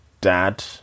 dad